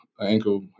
Ankle